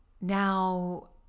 now